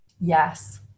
Yes